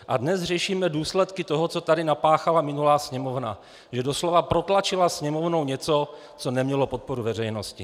A dnes řešíme důsledky toho, co tady napáchala minulá Sněmovna, že doslova protlačila Sněmovnou něco, co nemělo podporu veřejnosti.